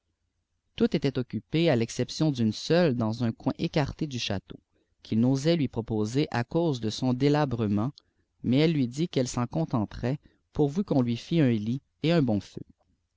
toutes étaient occupées à texception diiné seule j diàns un toi ri écarté du château ui'il n'osait lui proposer à cause dé son délabrement inais elle lui dit qu'elle s'en contenterait pourvu qu'on lui fît un lit et un bon feu